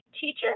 teacher